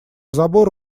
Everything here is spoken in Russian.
забор